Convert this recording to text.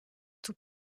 tout